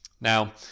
Now